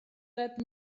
let